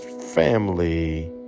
family